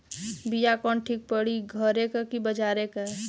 बिया कवन ठीक परी घरे क की बजारे क?